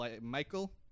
michael